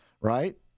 right